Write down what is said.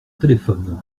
téléphone